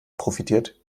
profitiert